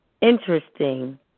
interesting